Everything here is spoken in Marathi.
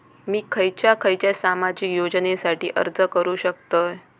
मी खयच्या खयच्या सामाजिक योजनेसाठी अर्ज करू शकतय?